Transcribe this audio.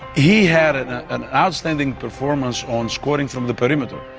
he had an ah an outstanding performance on scoring from the perimeter.